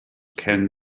can